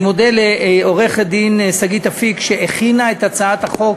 אני מודה לעורכת-הדין שגית אפיק שהכינה את הצעת החוק